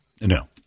No